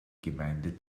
gemeinde